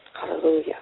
Hallelujah